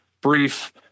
brief